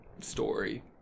story